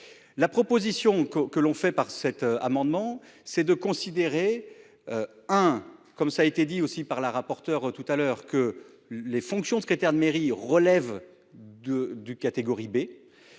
La proposition que, que l'on fait par cet amendement. C'est de considérer. Hein comme ça a été dit aussi par la rapporteure tout à l'heure que les fonctions de secrétaire de mairie relève de du catégorie B.